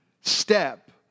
step